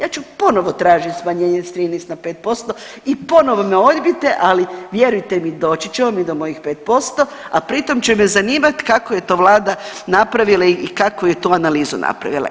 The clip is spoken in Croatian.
Ja ću ponovo tražit smanjenje s 13 na 5% i ponovo me odbijte, ali vjerujte mi doći ćemo mi do mojih 5%, a pri tom će me zanimati kako je to vlada napravila i kako je tu analizu napravila.